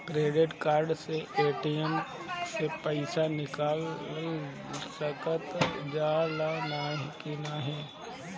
Credit card से ATM से पइसा निकाल सकल जाला की नाहीं?